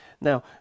Now